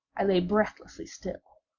i lay breathlessly still.